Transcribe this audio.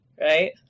right